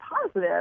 positive